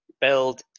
build